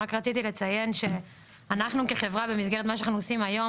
רק רציתי לציין שאנחנו כחברה במסגרת מה שאנחנו עושים היום,